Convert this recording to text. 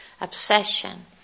obsession